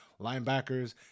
Linebackers